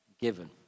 given